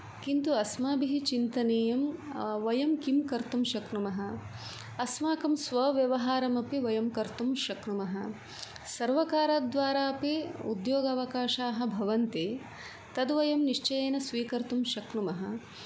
किन्तु अस्माभिः चिन्तनीयं वयं किं कर्तुं शक्नुमः अस्माकं स्वव्यवहारमपि कर्तुं शक्नुमः सर्वकारद्वारा अपि उद्योगावकाशाः भवन्ति तद् वयं निश्चयेन स्वीकर्तुं शक्नुमः